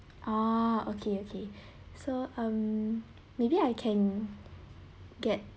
ah okay okay so um maybe I can get